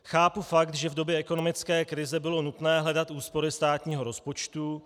Chápu fakt, že v době ekonomické krize bylo nutné hledat úspory státního rozpočtu.